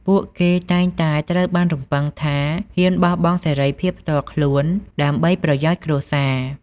ពួកគេតែងតែត្រូវបានរំពឹងថា ហ៊ានបោះបង់សេរីភាពផ្ទាល់ខ្លួន ដើម្បីប្រយោជន៍គ្រួសារ។